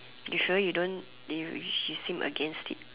you sure you don't she's still against it